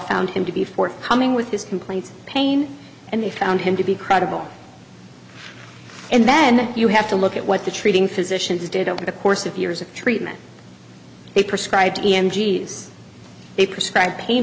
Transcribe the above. found him to be forthcoming with his complaints pain and they found him to be credible and then you have to look at what the treating physicians did over the course of years of treatment they prescribe d m d s they prescribe pain